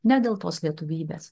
ne dėl tos lietuvybės